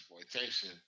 Exploitation